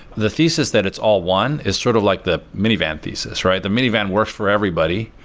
the thesis that it's all one is sort of like the minivan thesis, right? the minivan works for everybody.